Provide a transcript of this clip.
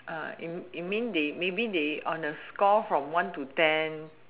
you you mean they maybe they on the score from one to ten